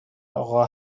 آقا